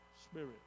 Spirit